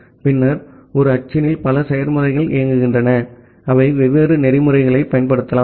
பின்னர் ஒரு அச்சினில் பல செயல்முறைகள் இயங்குகின்றன அவை வெவ்வேறு புரோட்டோகால்களைப் பயன்படுத்தலாம்